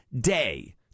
day